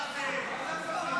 חבר'ה, קצת שיח יפה.